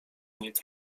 nic